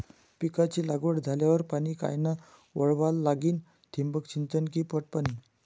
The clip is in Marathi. पिकाची लागवड झाल्यावर पाणी कायनं वळवा लागीन? ठिबक सिंचन की पट पाणी?